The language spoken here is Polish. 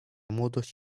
młodość